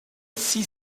six